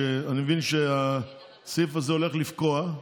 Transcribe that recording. אני מבין שהסעיף הזה הולך לפקוע,